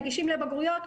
מגישים לבגרויות,